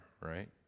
right